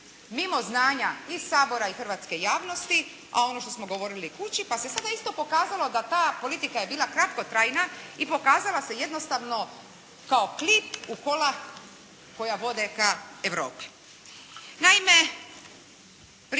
mimo znanja i Sabora i hrvatske javnosti a ono što smo govorili i kući pa se sada isto pokazalo da ta politika je bila kratkotrajna i pokazala se jednostavno kao klip u kola koja vode ka Europi. Naime,